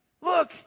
look